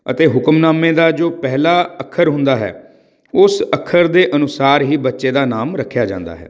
ਅਤੇ ਹੁਕਮਨਾਮੇ ਦਾ ਜੋ ਪਹਿਲਾ ਅੱਖਰ ਹੁੰਦਾ ਹੈ ਉਸ ਅੱਖਰ ਦੇ ਅਨੁਸਾਰ ਹੀ ਬੱਚੇ ਦਾ ਨਾਮ ਰੱਖਿਆ ਜਾਂਦਾ ਹੈ